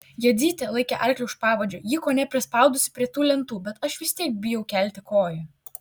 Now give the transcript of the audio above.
jadzytė laikė arklį už pavadžio jį kone prispaudusi prie tų lentų bet aš vis tiek bijau kelti koją